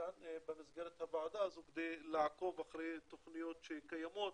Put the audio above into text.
כאן במסגרת הוועדה הזו כדי לעקוב אחרי תוכניות שקיימות.